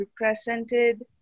represented